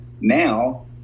now